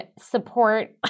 support